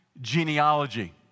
genealogy